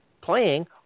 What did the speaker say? playing